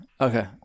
Okay